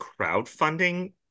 crowdfunding